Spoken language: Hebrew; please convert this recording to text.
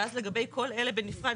ואז לגבי כל אלה בנפרד.